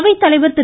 அவைத்தலைவர் திரு